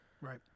Right